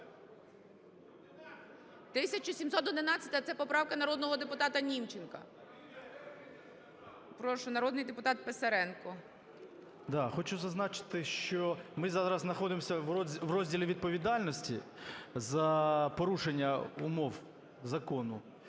1711 – це поправка народного депутата Німченка. Прошу, народний депутат Писаренко. 11:20:22 ПИСАРЕНКО В.В. Хочу зазначити, що ми зараз знаходимося в розділі відповідальності за порушення умов закону.